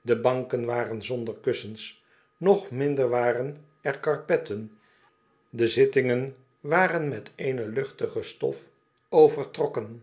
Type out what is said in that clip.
de banken waren zonder kussens nog minder waren er karpetten de zittingen waren met eene luchtige stof overtrokken